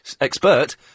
expert